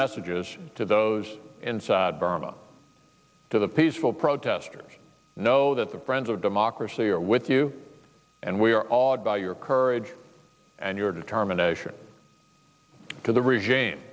messages to those inside burma to the peaceful protesters know that the friends of democracy are with you and we are all awed by your courage and your determination because the regime